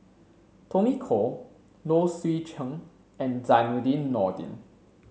Tommy Koh Low Swee Chen and Zainudin Nordin